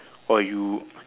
oh you